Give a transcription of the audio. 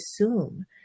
assume